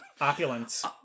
Opulence